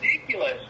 Ridiculous